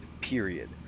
period